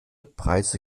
preise